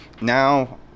now